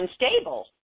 unstable